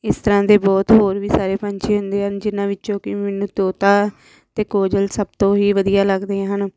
ਇਸ ਤਰ੍ਹਾਂ ਦੇ ਬਹੁਤ ਹੋਰ ਵੀ ਸਾਰੇ ਪੰਛੀ ਹੁੰਦੇ ਹਨ ਜਿਨ੍ਹਾਂ ਵਿੱਚੋਂ ਕਿ ਮੈਨੂੰ ਤੋਤਾ ਅਤੇ ਕੋਇਲ ਸਭ ਤੋਂ ਹੀ ਵਧੀਆ ਲੱਗਦੇ ਹਨ